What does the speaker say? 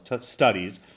studies